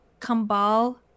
Kambal